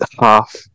half